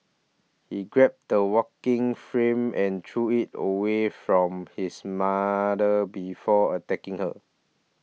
he grabbed the walking frame and threw it away from his mother before attacking her